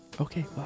Okay